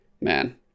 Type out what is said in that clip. man